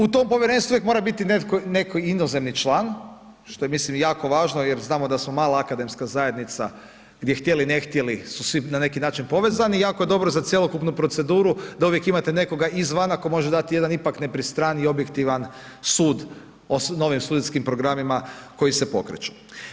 U tom povjerenstvu uvijek mora biti netko inozemni član što je mislim jako važno jer znamo da smo mala akademska zajednica gdje htjeli ne htjeli su svi na neki način povezani i jako dobro je za cjelokupnu proceduru da uvijek imate nekoga izvana tko može dati jedan ipak nepristraniji i objektivan sud o novim studentskim programima koji se pokreću.